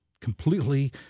completely